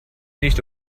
nicht